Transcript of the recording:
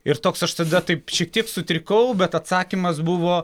ir toks aš tada taip šiek tiek sutrikau bet atsakymas buvo